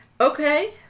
Okay